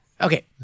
Okay